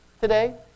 today